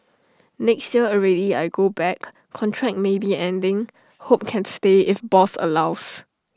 next year already I go back contract maybe ending hope can stay if boss allows